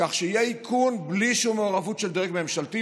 כך שיהיה איכון בלי שום מעורבות של דרג ממשלתי,